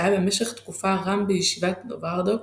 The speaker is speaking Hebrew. שהיה במשך תקופה ר"מ בישיבת נובהרדוק